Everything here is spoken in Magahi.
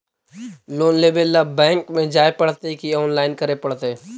लोन लेवे ल बैंक में जाय पड़तै कि औनलाइन करे पड़तै?